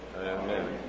Amen